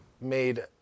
made